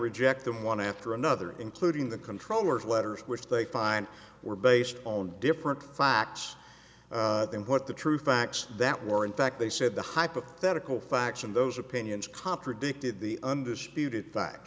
reject them one after another including the controller's letters which they find were based on different facts than what the true facts that were in fact they said the hypothetical faction those opinions contradicted the undisputed